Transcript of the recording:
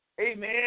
amen